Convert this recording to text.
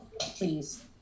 please